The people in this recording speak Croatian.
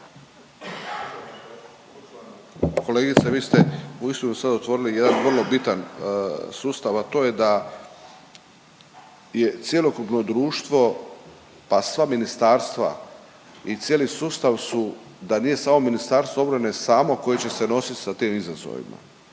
Kolegice, vi ste uistinu sada otvorili jedan vrlo bitan sustav, a to je da je cjelokupno društvo, pa sva ministarstva i cijeli sustav su da nije samo Ministarstvo obrane samo koje će se nosit sa tim izazovima,